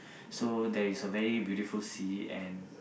so there is a very beautiful sea and